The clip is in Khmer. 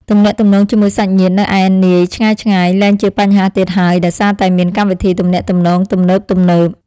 ទំនាក់ទំនងជាមួយសាច់ញាតិនៅឯនាយឆ្ងាយៗលែងជាបញ្ហាទៀតហើយដោយសារតែមានកម្មវិធីទំនាក់ទំនងទំនើបៗ។